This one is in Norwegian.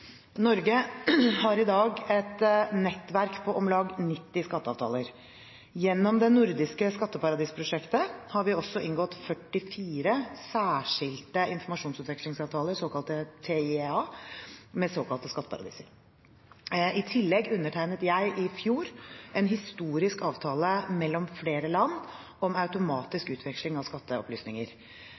Norge har i dag et nettverk på om lag 90 skatteavtaler. Gjennom det nordiske skatteparadisprosjektet har vi også inngått 44 særskilte informasjonsutvekslingsavtaler, TIEA, med såkalte skatteparadiser. I tillegg undertegnet jeg i fjor en historisk avtale mellom flere land om automatisk utveksling av skatteopplysninger.